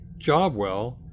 Jobwell